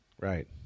Right